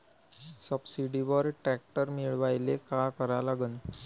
सबसिडीवर ट्रॅक्टर मिळवायले का करा लागन?